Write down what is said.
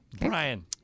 Brian